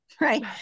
right